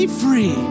free